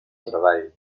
treball